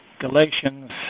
Galatians